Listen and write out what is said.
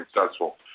successful